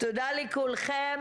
תודה לכולכם.